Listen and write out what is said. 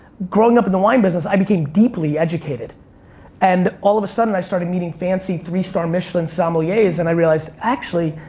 growing up in the wine business, i became deeply educated and, all of a sudden, i started meeting fancy three-star michelin sommeliers and i realized, actually,